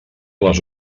les